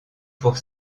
pour